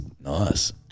Nice